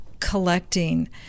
Collecting